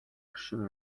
машин